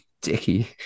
dickie